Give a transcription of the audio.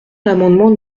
l’amendement